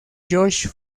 josh